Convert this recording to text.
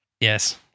Yes